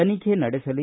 ತನಿಖೆ ನಡೆಸಲಿ